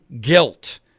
guilt